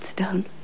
stone